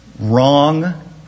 Wrong